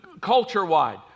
culture-wide